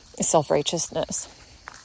self-righteousness